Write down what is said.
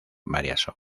varias